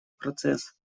процесс